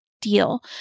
deal